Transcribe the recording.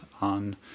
on